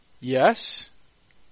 yes